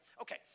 Okay